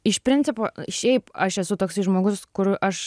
iš principo šiaip aš esu toksai žmogus kur aš